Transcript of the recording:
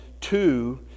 two